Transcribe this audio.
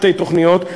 שתי תוכניות.